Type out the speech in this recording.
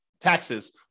taxes